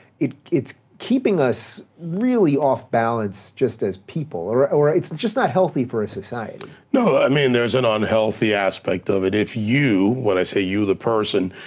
it's keeping us really off balance just as people, or or it's just not healthy for a society. no, i mean, there's an unhealthy aspect of it. if you, when i say you, the person,